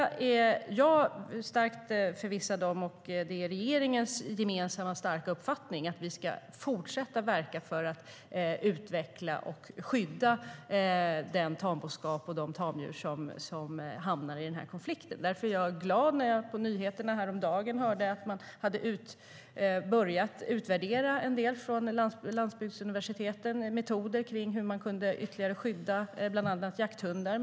Jag är starkt förvissad om, vilket är regeringens gemensamma starka uppfattning, att vi ska fortsätta verka för att utveckla och skydda den tamboskap och de tamdjur som hamnar i denna konflikt. Därför blev jag glad när jag på nyheterna häromdagen hörde att man hade börjat utvärdera en del metoder från landsbygdsuniversiteten om hur man ytterligare kan skydda bland annat jakthundar.